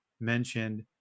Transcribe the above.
mentioned